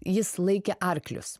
jis laikė arklius